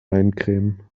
eincremen